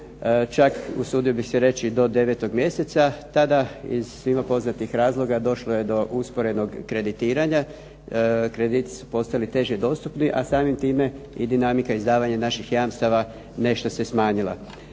čak usudio bih se reći do 9. mjeseca. Tada iz svima poznatih razloga došlo je do usporenog kreditiranja, krediti su postali teže dostupni a samim time i dinamika izdavanja naših jamstava nešto se smanjila.